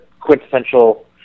quintessential